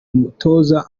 mutoza